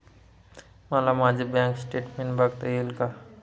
मला माझे bank statement बघता येईल का?